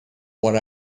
what